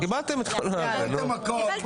קיבלתם את כל ה --- די, קיבלתם הכול.